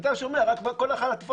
בינתיים אני שומע מכל אחד רק הטפת